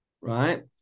right